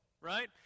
right